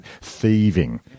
thieving